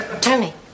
Tony